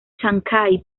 chancay